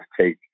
take